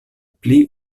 pli